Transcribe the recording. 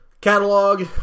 catalog